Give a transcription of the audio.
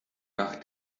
nach